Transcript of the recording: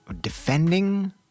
defending